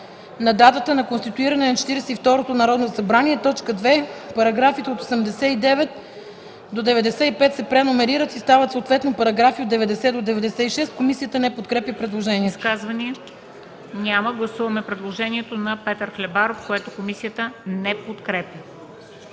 на датата на конституиране на Четиридесет и второто Народно събрание.” 2. Параграфите от 89 до 95 се преномерират и стават съответно параграфи от 90 до 96.” Комисията не подкрепя предложението.